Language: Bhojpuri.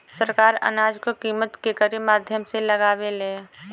सरकार अनाज क कीमत केकरे माध्यम से लगावे ले?